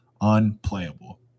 unplayable